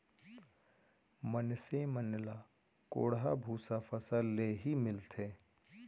मनसे मन ल कोंढ़ा भूसा फसल ले ही मिलथे